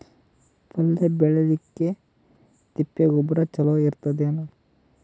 ಪಲ್ಯ ಬೇಳಿಲಿಕ್ಕೆ ತಿಪ್ಪಿ ಗೊಬ್ಬರ ಚಲೋ ಇರತದೇನು?